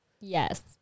yes